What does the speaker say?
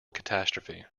catastrophe